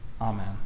Amen